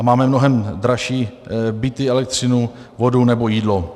Máme mnohem dražší byty, elektřinu, vodu nebo jídlo.